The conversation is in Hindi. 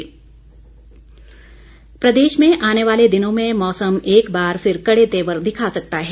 मौसम प्रदेश में आने वाले दिनों में मौसम एक बार फिर कड़े तेवर दिखा सकता है